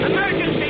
Emergency